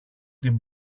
την